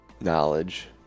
knowledge